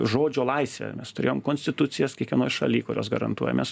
žodžio laisvę mes turėjom konstitucijas kiekvienoj šalyj kurios garantuoja mes